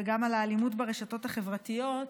וגם על האלימות ברשתות החברתיות.